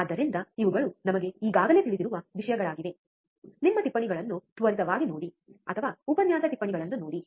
ಆದ್ದರಿಂದ ಇವುಗಳು ನಮಗೆ ಈಗಾಗಲೇ ತಿಳಿದಿರುವ ವಿಷಯಗಳಾಗಿವೆ ನಿಮ್ಮ ಟಿಪ್ಪಣಿಗಳನ್ನು ತ್ವರಿತವಾಗಿ ನೋಡಿ ಅಥವಾ ಉಪನ್ಯಾಸ ಟಿಪ್ಪಣಿಗಳನ್ನು ನೋಡಿ